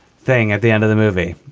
thing at the end of the movie.